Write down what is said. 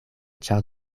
ĉar